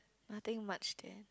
nothing much there